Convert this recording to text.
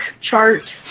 chart